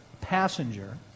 passenger